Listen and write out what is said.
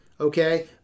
okay